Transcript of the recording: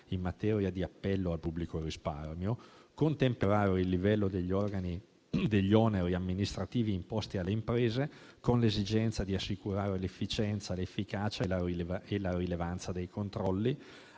in materia di appello al pubblico risparmio; contemperare il livello degli oneri amministrativi imposti alle imprese con l'esigenza di assicurare l'efficienza, l'efficacia e la rilevanza dei controlli;